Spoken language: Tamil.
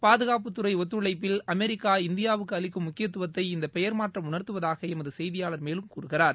பாதுகாப்புத்துறை ஒத்தழைப்பில் அமெரிக்கா இந்தியாவுக்கு அளிக்கும் முக்கியத்துவத்தை இந்த பெயர் மாற்றம் உணர்த்துவதாக எமது செய்தியாளர் மேலும் கூறுகிறார்